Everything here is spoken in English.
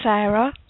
Sarah